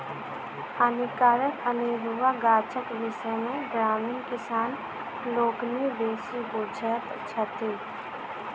हानिकारक अनेरुआ गाछक विषय मे ग्रामीण किसान लोकनि बेसी बुझैत छथि